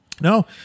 No